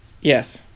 yes